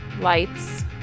lights